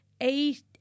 eight